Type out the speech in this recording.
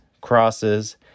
crosses